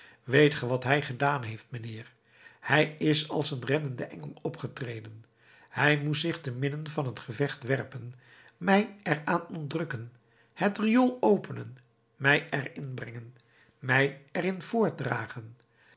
weet ge wat hij gedaan heeft mijnheer hij is als een reddende engel opgetreden hij moest zich te midden van het gevecht werpen mij er aan ontrukken het riool openen mij er in brengen mij er in voortdragen